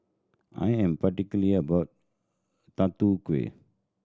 I am particular about tatu kueh